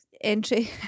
entry